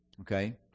Okay